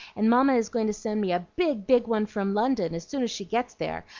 and mamma is going to send me a big, big one from london, as soon as she gets there,